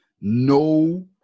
no